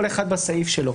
כל אחד בסעיף שלו.